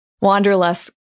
wanderlust